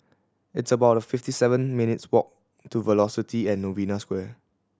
it's about fifty seven minutes' walk to Velocity and Novena Square